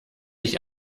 ich